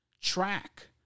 Track